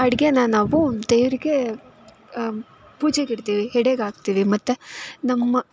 ಅಡುಗೇನ ನಾವು ದೇವರಿಗೆ ಪೂಜೆಗೆ ಇಡ್ತೀವಿ ಎಡೆಗೆ ಹಾಕ್ತೀವಿ ಮತ್ತು ನಮ್ಮ